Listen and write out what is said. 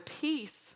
peace